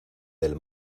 del